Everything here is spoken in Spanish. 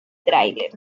tráiler